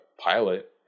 Pilot